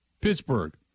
Pittsburgh